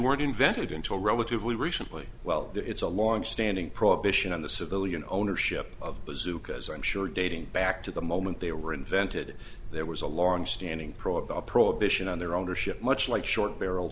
weren't invented until relatively recently well it's a longstanding prohibition on the civilian ownership of bazookas i'm sure dating back to the moment they were invented there was a long standing pro about prohibition on their ownership much like short barrel